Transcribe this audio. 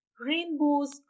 rainbows